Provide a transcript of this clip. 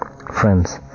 friends